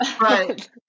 right